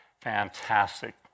fantastic